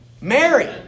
Mary